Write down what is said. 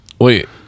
Wait